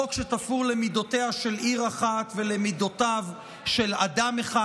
חוק שתפור למידותיה של עיר אחת ולמידותיו של אדם אחד.